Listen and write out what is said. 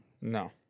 No